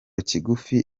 kigufi